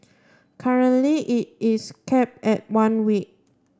currently it is cap at one week